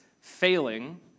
failing